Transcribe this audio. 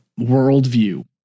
worldview